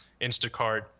Instacart